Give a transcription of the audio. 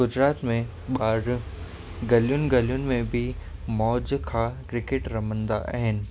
गुजरात में ॿार गलियुनि गलियुनि में बि मौज खां क्रिकेट रमंदा आहिनि